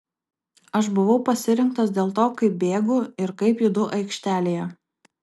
aš buvau pasirinktas dėl to kaip bėgu ir kaip judu aikštelėje